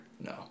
No